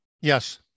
Yes